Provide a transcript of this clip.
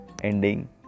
ending